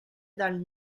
dal